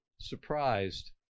surprised